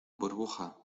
burbuja